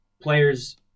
Players